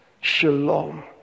Shalom